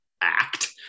act